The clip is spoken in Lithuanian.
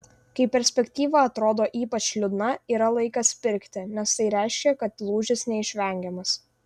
kai perspektyva atrodo ypač liūdna yra laikas pirkti nes tai reiškia kad lūžis neišvengiamas